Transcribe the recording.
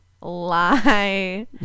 Lie